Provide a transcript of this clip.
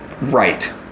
Right